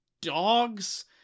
dogs